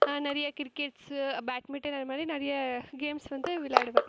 நிறையா crickets badminton அந்தமாதிரி நிறைய கேம்ஸ் வந்து விளையாடுவேன்